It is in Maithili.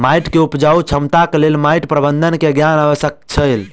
माइट के उपजाऊ क्षमताक लेल माइट प्रबंधन के ज्ञान आवश्यक अछि